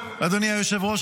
אדוני היושב-ראש,